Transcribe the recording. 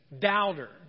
doubter